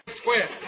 Square